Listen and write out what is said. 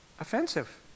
offensive